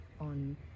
on